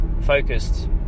focused